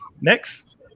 Next